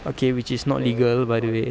okay which is not legal by the way